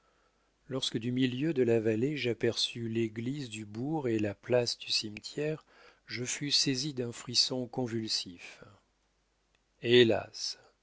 lorsque du milieu de la vallée j'aperçus l'église du bourg et la place du cimetière je fus saisi d'un frisson convulsif hélas